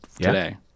today